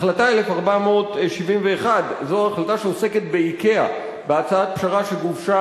החלטה 1471 זו החלטה שעוסקת ב"איקאה"; בהצעת פשרה שגובשה